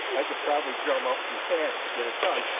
i could probably drum up some cash to get it done.